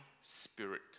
spirit